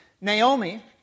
Naomi